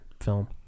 film